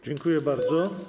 Dziękuję bardzo.